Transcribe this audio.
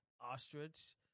ostrich